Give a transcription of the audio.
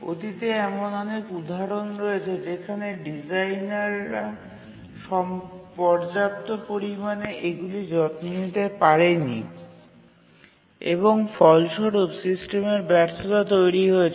অতীতে এমন অনেক উদাহরণ রয়েছে যেখানে ডিজাইনাররা পর্যাপ্ত পরিমাণে এগুলি যত্ন নিতে পারেনি এবং ফলস্বরূপ সিস্টেমের ব্যর্থতা তৈরি হয়েছিল